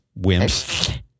Wimps